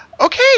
Okay